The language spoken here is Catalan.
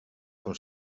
com